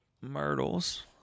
myrtles